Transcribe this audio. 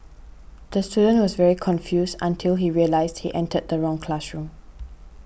the student was very confused until he realised he entered the wrong classroom